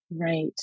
Right